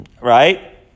right